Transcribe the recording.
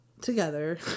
together